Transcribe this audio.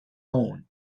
own